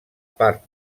part